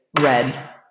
Red